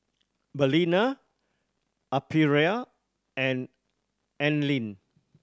Balina Aprilia and Anlene